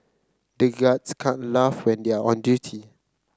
the guards can't laugh when they are on duty